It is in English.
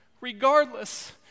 regardless